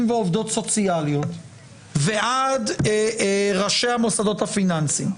ועובדות סוציאליות ועד ראשי המוסדות הפיננסיים,